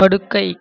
படுக்கை